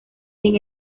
sin